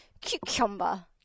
cucumber